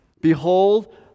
Behold